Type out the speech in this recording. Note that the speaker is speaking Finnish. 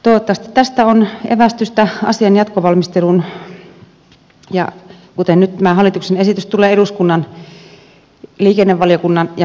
toivottavasti tästä on evästystä asian jatkovalmisteluun kun nyt tämä hallituksen esitys tulee eduskunnan liikennevaliokunnan ja hallintavaliokunnan käsittelyyn